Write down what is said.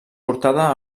portada